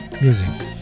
Music